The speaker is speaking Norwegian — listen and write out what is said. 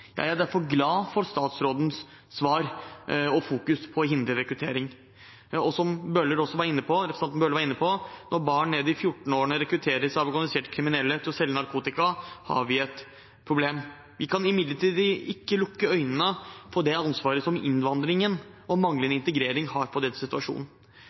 Jeg er derfor glad for statsrådens svar og fokus på å hindre rekruttering. Som også representanten Bøhler var inne på: Når barn ned i 14-årsalderen rekrutteres av organiserte kriminelle til å selge narkotika, har vi et problem. Vi kan imidlertid ikke lukke øynene for det ansvaret innvandringen og manglende integrering har for denne situasjonen.